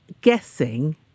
guessing